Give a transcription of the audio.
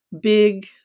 big